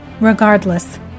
Regardless